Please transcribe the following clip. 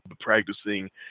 practicing